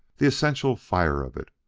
the essential fire of it,